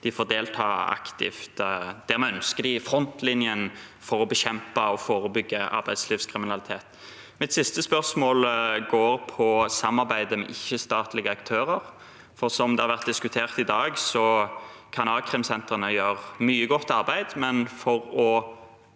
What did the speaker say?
ønsker dem – i frontlinjen for å bekjempe og forebygge arbeidslivskriminalitet. Mitt siste spørsmål går på samarbeidet med ikkestatlige aktører, for som det har vært diskutert i dag, kan a-krimsentrene gjøre mye godt arbeid, men for å